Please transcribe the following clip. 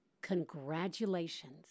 Congratulations